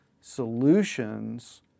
solutions